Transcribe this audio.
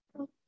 okay